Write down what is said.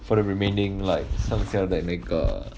for the remaining like 剩下的那个